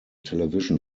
television